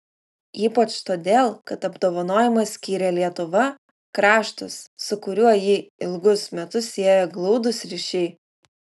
ypač todėl kad apdovanojimą skyrė lietuva kraštas su kuriuo jį ilgus metus sieja glaudūs ryšiai